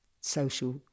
social